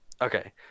Okay